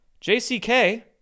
jck